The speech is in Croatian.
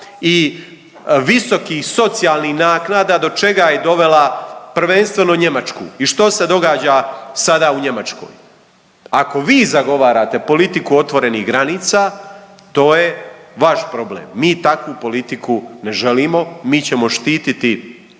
i visokih socijalnih naknada, do čega je dovela prvenstveno Njemačku i što se događa sada u Njemačkoj. Ako vi zagovarate politiku otvorenih granica, to je vaš problem, mi takvu politiku ne želimo, mi ćemo štititi interese